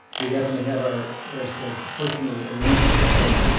we happen to have our, as the person who arranged it said,